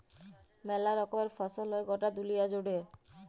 মেলা রকমের ফসল হ্যয় গটা দুলিয়া জুড়ে